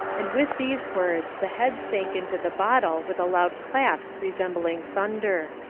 and, with these words, the head sank into the bottle with a loud clap resembling thunder.